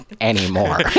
anymore